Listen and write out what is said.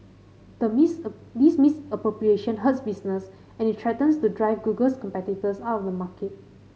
the miss a this misappropriation hurts business and it threatens to drive Google's competitors out of the market